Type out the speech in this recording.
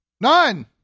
none